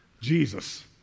Jesus